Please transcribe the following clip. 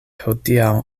hodiaŭ